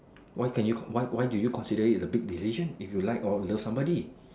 why can you why why do you consider it as a big decision if you like or love somebody